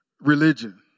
religion